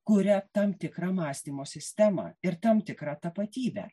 kuria tam tikrą mąstymo sistemą ir tam tikrą tapatybę